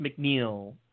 McNeil